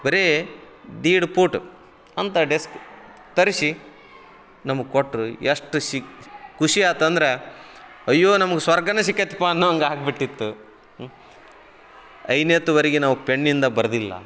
ಬರೇ ಡೀಡ್ಪೂಟ್ ಅಂತ ಡೆಸ್ಕ್ ತರಿಸಿ ನಮಗೆ ಕೊಟ್ರು ಎಷ್ಟು ಶಿ ಖುಷಿ ಆತಂದ್ರ ಅಯ್ಯೋ ನಮಗೆ ಸ್ವರ್ಗನೇ ಸಿಕ್ಕಾಯಿತಪ್ಪಾ ಅನ್ನೋವಂಗೆ ಆಗ್ಬಿಟ್ಟಿತ್ತು ಐದನ್ಯಾತ ವರಿಗೆ ನಾವು ಪೆನ್ನಿಂದ ಬರ್ದಿಲ್ಲ